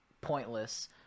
pointless